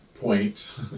point